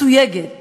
עם מסורת דמוקרטית